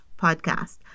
podcast